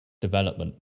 development